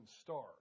start